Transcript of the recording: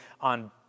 on